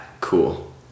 Cool